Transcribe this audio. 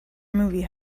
movie